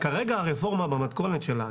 כרגע הרפורמה במתכונת שלה,